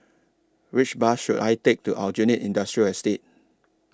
Which Bus should I Take to Aljunied Industrial Estate